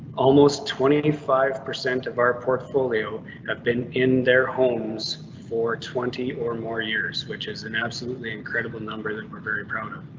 almost twenty five percent of our portfolio have been in their homes for twenty or more years, which is an absolutely incredible number that we're very proud